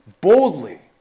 boldly